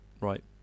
Right